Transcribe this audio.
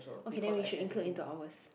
okay then we should include into ours